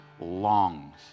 longs